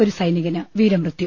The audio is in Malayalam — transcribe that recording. ഒരു സൈനികന് വീരമൃത്യു